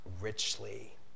richly